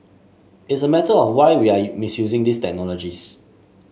it's a matter of why we are you misusing these technologies